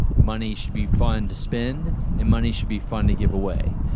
money should be fun to spend and money should be fun to give away.